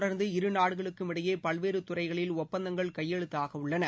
தொடர்ந்து இருநாடுகளுக்கும் இடையே பல்வேறு துறைகளில் ஒப்பந்தங்கள் அதைத் கையெழுத்தாகவுள்ளன